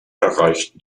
erreichten